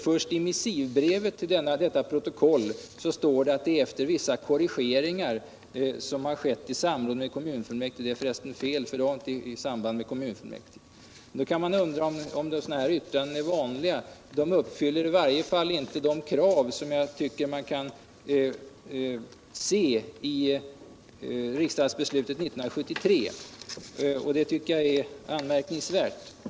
Först i missivbrevet till detta protokoll talas det om vissa korrigeringar av vapnet och att dessa korrigeringar har skett i samråd med kommunfullmäktige — det sistnämnda är f. ö. felaktigt, så var nämligen inte fallet. Man kar undra om sådana här yttranden är vanliga. De uppfyller i varje fall inte de krav som enligt min mening kan utläsas av riksdagsbeslutet 1973, och det tycker jag faktiskt är anmärkningsvärt.